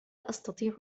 أستطيع